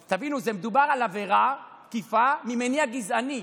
תבינו, מדובר על עבירת תקיפה ממניע גזעני,